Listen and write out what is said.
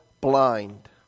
blind